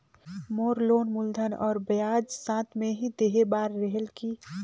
मोर loan मूलधन और ब्याज साथ मे ही देहे बार रेहेल की?